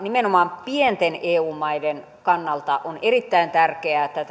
nimenomaan pienten eu maiden kannalta on erittäin tärkeää että